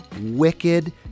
wicked